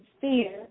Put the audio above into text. fear